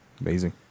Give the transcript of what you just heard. Amazing